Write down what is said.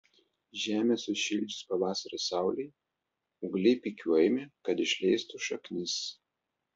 žemę sušildžius pavasario saulei ūgliai pikiuojami kad išleistų šaknis